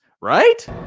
right